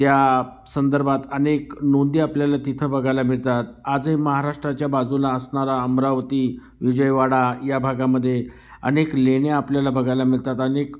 त्या संदर्भात अनेक नोंदी आपल्याला तिथं बघायला मिळतात आजही महाराष्ट्राच्या बाजूला असणारा अमरावती विजयवाडा या भागामध्ये अनेक लेणी आपल्याला बघायला मिळतात अनेक